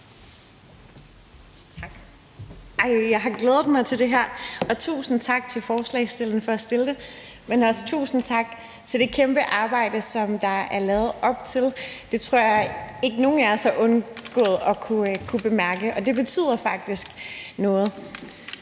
Jeg har glædet mig til det her, og tusind tak til forslagsstillerne for at fremsætte det, men også tusind tak for det kæmpe arbejde, som der er lavet forud for det. Det tror jeg ikke nogen af os har kunnet undgå at bemærke, og det betyder faktisk noget.